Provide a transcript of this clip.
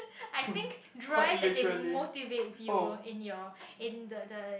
I think drives as in motivates you in your in the the